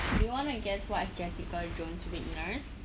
do you want to guess what's jessica jones weakness